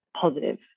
positive